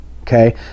okay